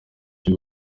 cyo